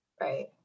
Right